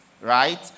right